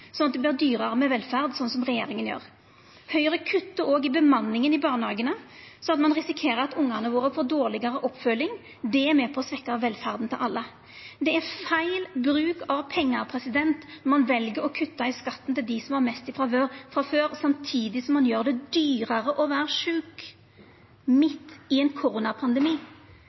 det vert dyrare med velferd – slik regjeringa gjer. Høgre kuttar òg i bemanninga i barnehagane sånn at ein risikerer at ungane våre får dårlegare oppfølging. Det er med på å svekkja velferda for alle. Det er feil bruk av pengar når ein vel å kutta i skatten til dei som har mest frå før, samtidig som ein gjer det dyrare å vera sjuk midt i ein koronapandemi.